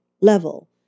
level